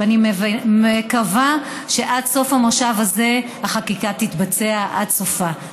אני מקווה שעד סוף המושב הזה החקיקה תתבצע עד סופה.